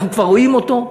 אנחנו כבר רואים אותו,